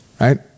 Right